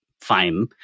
fine